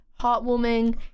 heartwarming